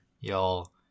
y'all